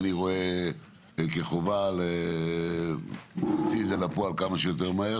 אני רואה כחובה להוציא את זה לפועל כמה שיותר מהר,